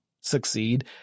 succeed